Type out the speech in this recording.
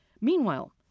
Meanwhile